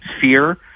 fear